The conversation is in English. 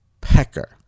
pecker